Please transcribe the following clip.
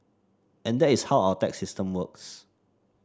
and that is how our tax system works